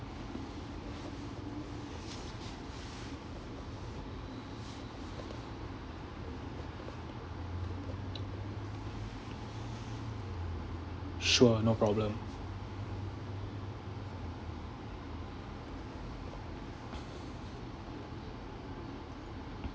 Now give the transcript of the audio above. sure no problem